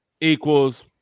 equals